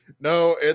no